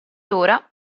ora